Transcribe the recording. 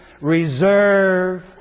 Reserve